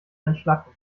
entschlacken